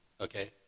okay